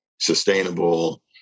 sustainable